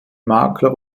makler